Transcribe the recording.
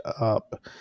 up